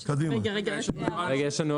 10% שיוציא התראה מיוחדת